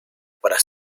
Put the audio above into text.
para